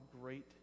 great